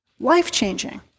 life-changing